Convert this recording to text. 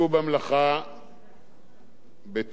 בתועלת גדולה,